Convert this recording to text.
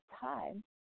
time